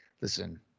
listen